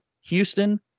Houston